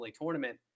tournament